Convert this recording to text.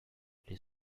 les